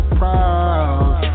proud